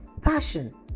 passion